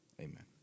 Amen